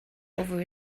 over